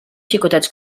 xicotets